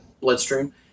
Bloodstream